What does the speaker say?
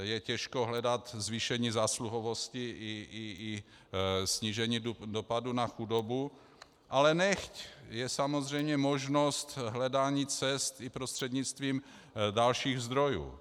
Je těžko hledat zvýšení zásluhovosti i snížení dopadu na chudobu, ale nechť, je samozřejmě možnost hledání cest i prostřednictvím dalších zdrojů.